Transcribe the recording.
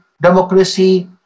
democracy